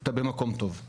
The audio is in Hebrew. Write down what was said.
אתה במקום טוב.